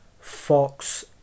Fox